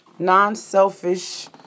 non-selfish